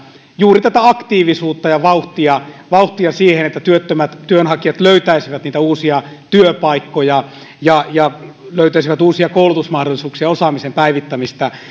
juuri tätä aktiivisuutta ja vauhtia vauhtia siihen että työttömät työnhakijat löytäisivät niitä uusia työpaikkoja ja ja löytäisivät uusia koulutusmahdollisuuksia ja osaamisen päivittämistä